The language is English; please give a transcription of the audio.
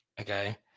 okay